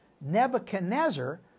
Nebuchadnezzar